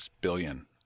billion